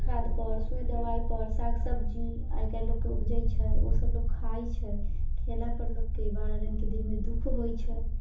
खादपर सूइ दबाइपर साग सब्जी आइ काल्हि लोगके उपजै छै ओसब लोग खाइ छै खेलापर लोगके बारह रङ्गके देहमे दुःख होइ छै